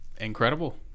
incredible